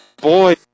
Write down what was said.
Boy